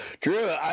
Drew